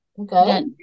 Okay